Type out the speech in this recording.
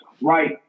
right